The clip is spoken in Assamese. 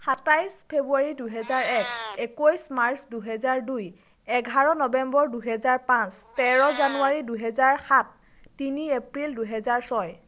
সাতাইছ ফেব্ৰুৱাৰী দুহেজাৰ এক একৈছ মাৰ্চ দুহেজাৰ দুই এঘাৰ নৱেম্বৰ দুহেজাৰ পাঁচ তেৰ জানুৱাৰী দুহেজাৰ সাত তিনি এপ্ৰিল দুহেজাৰ ছয়